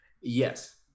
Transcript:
Yes